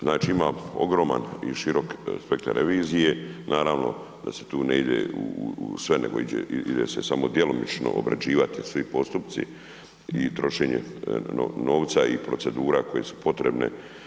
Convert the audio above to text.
Znači ima ogroman i širok spektar revizije, naravno da se tu ne ide u sve nego ide se samo djelomično obrađivati svi postupci i trošenje novca i procedura koje su potrebne.